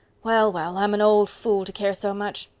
well, well, i'm an old fool to care so much.